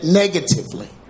negatively